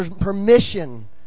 permission